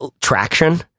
traction